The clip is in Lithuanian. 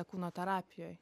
kūno terapijoj